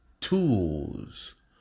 Tools